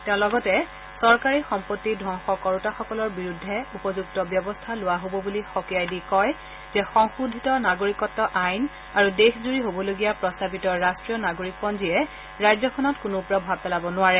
তেওঁ লগতে চৰকাৰী সম্পত্তি ধবংস কৰোতাসকলৰ বিৰুদ্ধে উপযুক্ত ব্যৱস্থা লোৱা হব বুলি সকীয়াই দি কয় যে সংশোধিত নাগৰিকত্ব আইন আৰু দেশজুৰি হ'বলগীয়া প্ৰস্তাৱিত ৰাষ্টীয় নাগৰিক পঞ্জীয়ে ৰাজ্যখনত কোনো প্ৰভাৱ পেলাব নোৱাৰে